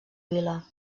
vila